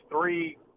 three